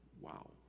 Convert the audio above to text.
Wow